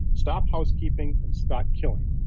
stop housekeeping and start killing.